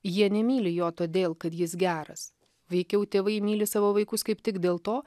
jie nemyli jo todėl kad jis geras veikiau tėvai myli savo vaikus kaip tik dėl to